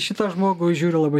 šitą žmogų įžiūriu labai